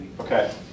Okay